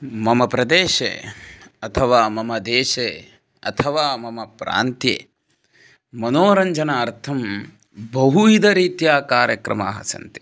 मम प्रदेशे अथवा मम देशे अथवा मम प्रान्त्ये मनोरञ्जनार्थं बहुविधरीत्या कार्यक्रमाः सन्ति